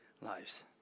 lives